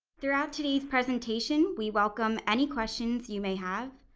throughout today's presentation, we welcome any questions you may have.